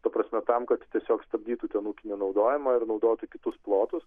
ta prasme tam kad tiesiog stabdytų ten ūkinį naudojimą ir naudotų kitus plotus